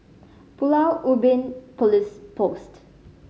Pulau Ubin Police Post